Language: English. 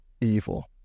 evil